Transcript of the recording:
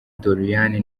doriane